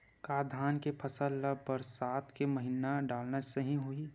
का धान के फसल ल बरसात के महिना डालना सही होही?